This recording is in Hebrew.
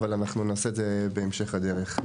אבל אנחנו נעשה את זה בהמשך הדרך.